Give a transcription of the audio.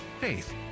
Faith